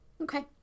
Okay